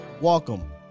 welcome